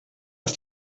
ist